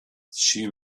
she